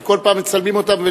כי כל פעם מצלמים אותם,